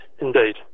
Indeed